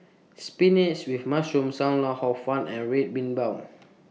Spinach with Mushroom SAM Lau Hor Fun and Red Bean Bao